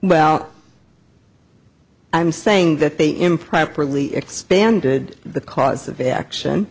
well i'm saying that they improperly expanded the cause of action